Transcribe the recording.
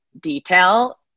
detail